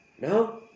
No